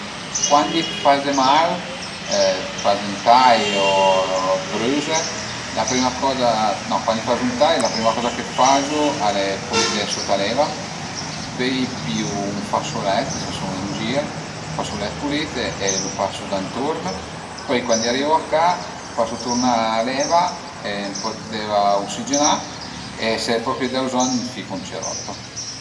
Cuandi ti faze mal, faze ën tai o brüze, la prima coza no cuandi fazu ün tai la prima coza che fazu al e pulidé sut a l'eva, pöi piu ün fasulèt se sun ën gir, fasult pulit, e lu pasu d'anturn, pöi cuandi arivu a ca pasu turna l'eva e ën po d'eva usigenà e se propi n'ai da bezogn ficu ën cerotto